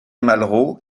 malraux